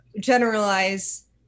generalize